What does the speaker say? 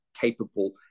capable